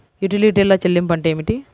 యుటిలిటీల చెల్లింపు అంటే ఏమిటి?